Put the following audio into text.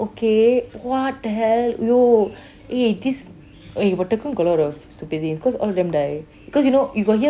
okay what the hell !aiyo! eh this eh but tekong got a lot of stupid things cause all of them die cause you know you got hear